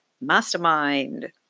mastermind